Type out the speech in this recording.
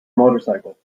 motorcycle